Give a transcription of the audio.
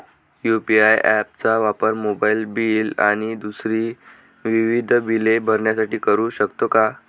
UPI app चा वापर mobile bill आणि दुसरी विविध बिले भरण्यासाठी करू शकतो का?